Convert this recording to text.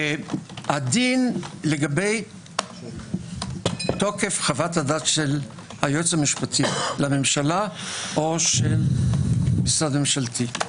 הדין לגבי תוקף חוות הדעת של היועץ המשפטי לממשלה או של משרד ממשלתי.